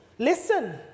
Listen